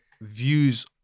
views